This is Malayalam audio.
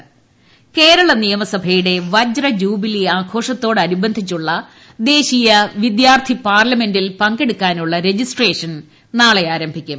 വിദ്യാർത്ഥി പാർലമെന്റ് കേരള നിയമസഭയുടെ വജ്രജൂബിലി ആഘോഷത്തോടനുബന്ധിച്ചുള്ള ദേശീയ വിദ്യാർത്ഥി പാർലമെന്റിൽ പങ്കെടുക്കാനുള്ള രജിസ്ട്രേഷൻ നാളെ ആരംഭിക്കും